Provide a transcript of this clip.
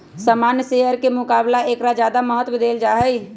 सामान्य शेयर के मुकाबला ऐकरा ज्यादा महत्व देवल जाहई